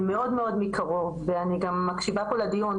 מאוד מאוד מקרוב ואני גם מקשיבה פה לדיון.